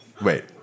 Wait